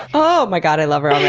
oh my god, i love her